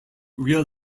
real